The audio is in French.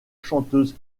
chanteuse